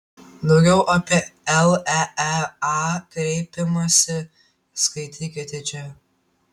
daugiau apie leea kreipimąsi skaitykite čia